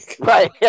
Right